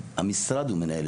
המשרד הוא מנהל את זה.